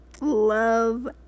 love